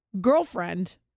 girlfriend